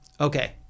Okay